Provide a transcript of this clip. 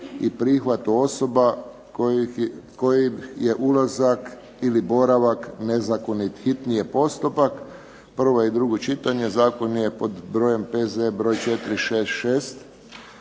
i prihvatu osoba kojih je ulazak ili boravak nezakonit, hitni postupak, prvo i drugo čitanje, P.Z. br. 466